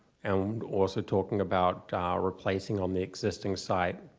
and also talking about replacing on the existing site